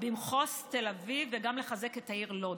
במחוז תל אביב וגם לחזק את העיר לוד.